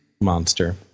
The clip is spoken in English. monster